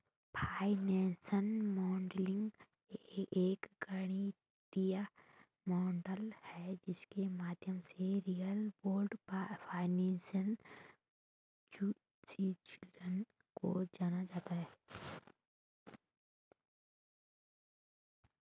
financial modelling एक गणितीय model है जिसके माध्यम से रियल वर्ल्ड फाइनेंशियल सिचुएशन को जाना जाता है